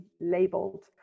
labeled